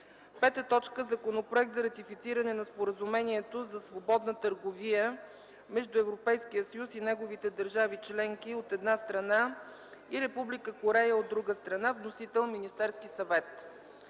съвет. 5. Законопроект за ратифициране на Споразумението за свободна търговия между Европейския съюз и неговите държави членки, от една страна, и Република Корея, от друга страна. Вносител – Министерският съвет.